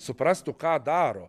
suprastų ką daro